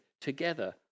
together